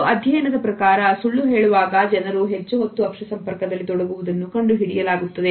ಒಂದು ಅಧ್ಯಯನದ ಪ್ರಕಾರ ಸುಳ್ಳು ಹೇಳುವಾಗ ಜನರು ಹೆಚ್ಚು ಹೊತ್ತು ಅಕ್ಷಿ ಸಂಪರ್ಕದಲ್ಲಿ ತೊಡಗುವುದನ್ನು ಕಂಡುಹಿಡಿಯಲಾಗಿದೆ